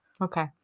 Okay